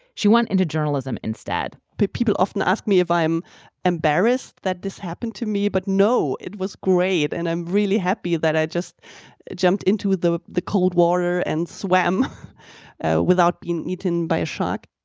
she went into journalism instead but people often ask me if i'm embarrassed that this happened to me. but no, it was great and i'm really happy that i just jumped into the the cold water and swam without being eaten by a shark.